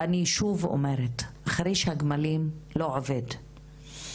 אני שוב אומרת, חריש הגמלים לא עובד.